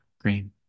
green